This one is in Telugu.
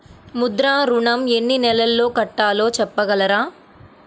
ముద్ర ఋణం ఎన్ని నెలల్లో కట్టలో చెప్పగలరా?